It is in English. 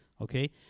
okay